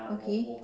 okay